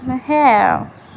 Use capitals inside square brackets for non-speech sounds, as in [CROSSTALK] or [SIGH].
[UNINTELLIGIBLE] সেইয়াই আৰু